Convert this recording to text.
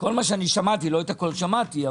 כל מה ששמעתי לא הכול שמעתי,